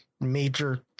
major